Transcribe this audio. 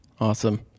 Awesome